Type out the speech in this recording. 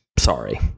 sorry